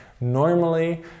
Normally